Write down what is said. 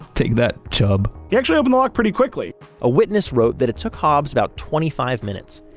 take that, chubb he actually opened the lock pretty quickly a witness wrote that it took hobbs about twenty five minutes.